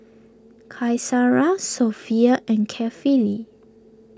Qaisara Sofea and Kefli